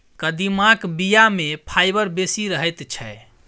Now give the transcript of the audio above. कदीमाक बीया मे फाइबर बेसी रहैत छै